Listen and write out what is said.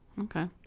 Okay